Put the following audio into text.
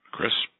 Chris